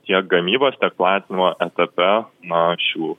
tiek gamybos tiek platinimo etape na šių